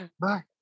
bye